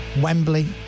Wembley